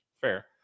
Fair